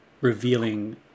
revealing